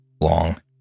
long